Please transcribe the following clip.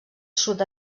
sud